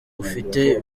ufite